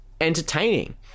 entertaining